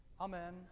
Amen